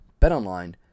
BetOnline